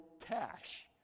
cash